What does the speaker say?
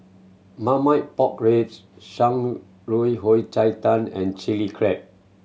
Marmite Pork Ribs Shan Rui Yao Cai Tang and Chilli Crab